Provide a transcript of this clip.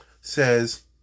says